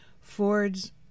Ford's